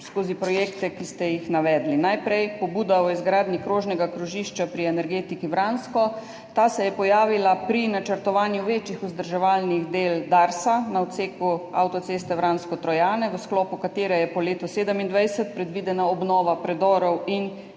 skozi projekte, ki ste jih navedli. Najprej pobuda o izgradnji krožnega krožišča pri Energetiki Vransko. Ta se je pojavila pri načrtovanju večjih vzdrževalnih del Darsa na odseku avtoceste Vransko–Trojane, v sklopu katere je po letu 2027 predvidena obnova predorov in